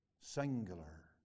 singular